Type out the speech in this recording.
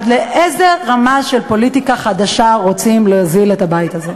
עד לאיזה רמה של פוליטיקה חדשה רוצים להוזיל את הבית הזה?